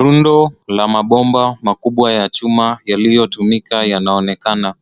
Rundo la mabomba makubwa ya chuma yaliyotumika yanaonekana.